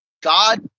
God